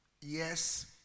yes